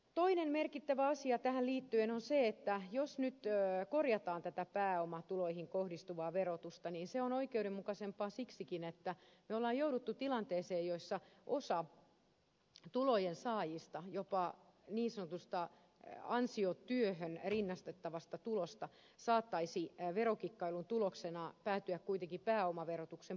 toinen merkittävä asia tähän liittyen on se että pääomatuloihin kohdistuvan verotuksen korjaaminen on oikeudenmukaisempaa siksikin että me olemme joutuneet tilanteeseen jossa osa jopa niin sanotusta ansiotyöhön rinnastettavasta tulosta saattaisi verokikkailun tuloksena päätyä kuitenkin pääomaverotuksen puolelle